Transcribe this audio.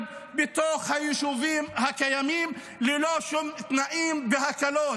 בתוך היישובים הקיימים ללא שום תנאים והקלות.